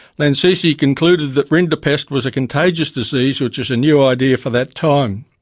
lancisi concluded that rinderpest was a contagious disease which was a new idea for that time.